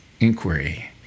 inquiry